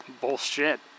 Bullshit